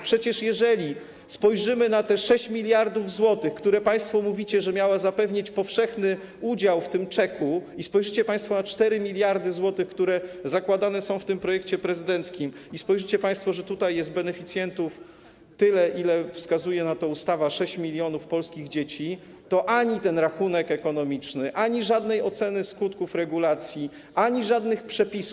Przecież jeżeli spojrzymy na te 6 mld zł, o których państwo mówicie, że miało zapewnić powszechny udział w tym czeku, i spojrzycie państwo na 4 mld zł, które zakładane są w tym projekcie prezydenckim, i spojrzycie, że tutaj jest tyle beneficjentów, ile wskazuje na to ustawa, 6 mln polskich dzieci, to ani rachunek ekonomiczny, ani żadna ocena skutków regulacji, ani żadne przepisy.